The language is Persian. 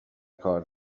کار